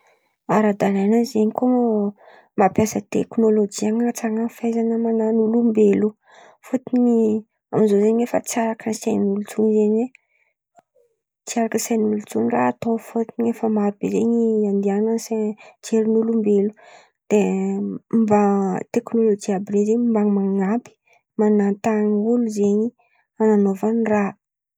Ara-dalàna zen̈y kô mampiasa teknôlojia han̈atsaran̈a fahaizan̈a man̈ano ny olombelo fôtony amizô zen̈y efa tsy araka sain̈'olo intsony zen̈y. Tsy araka sain̈'olo intsony raha atô fôtony efa maro be izen̈y andehanan'ny sai- jerin'olombelo de mba teknolojia àby ireo izen̈y mba man̈ampy manantan̈y olo izen̈y fan̈anaovany raha.